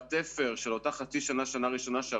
בתפר של אותה חצי שנה-שנה ראשונה אחרי